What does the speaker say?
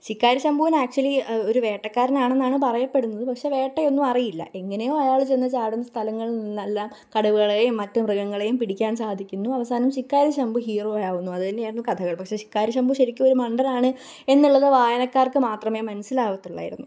ശിക്കാരി ശംഭൂന് ആക്ച്ച്വലി ഒരു വേട്ടക്കാരനാണ് എന്നാണ് പറയപ്പെടുന്നത് പക്ഷേ വേട്ടയൊന്നും അറിയില്ല എങ്ങനെയോ അയാൾ ചെന്ന് ചാടും സ്ഥലങ്ങളില് നിന്ന് എല്ലാ കടുവകെളെയും മറ്റു മൃഗങ്ങളെയും പിടിക്കാന് സാധിക്കുന്നു അവസാനം ശിക്കാരി ശംഭു ഹീറോ ആവുന്നു അത് തന്നെ ആയിരുന്നു കഥകള് പക്ഷേ ശിക്കാരി ശംഭു ശരിക്ക് ഒരു മണ്ടനാണ് എന്നുള്ളത് വായനക്കാര്ക്ക് മാത്രമേ മനസ്സിലാവത്തുള്ളു ആയിരുന്നു